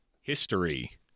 history